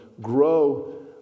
grow